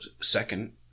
second